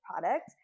product